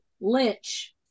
Lynch